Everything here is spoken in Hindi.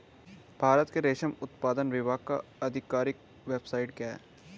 भारत के रेशम उत्पादन विभाग का आधिकारिक वेबसाइट क्या है?